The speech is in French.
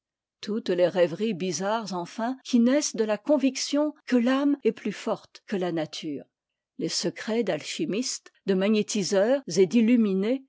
toutes les rêveries bizarres enfin qui naissent de la conviction que t'ame est plus forte que la nature les secrets d'alchimistes de magnétiseurs et